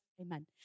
amen